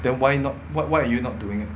then why not wh~ why are you not doing